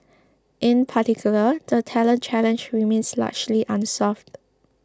in particular the talent challenge remains largely unsolved